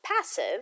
passive